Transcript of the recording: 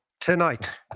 tonight